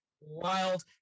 wild